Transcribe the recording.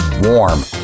warm